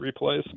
replays